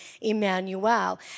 Emmanuel